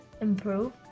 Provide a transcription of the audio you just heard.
improve